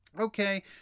okay